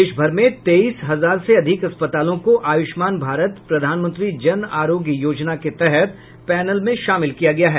देशभर में तेईस हजार से अधिक अस्पतालों को आयुष्मान भारत प्रधानमंत्री जन आरोग्य योजना के तहत पैनल में शामिल किया गया है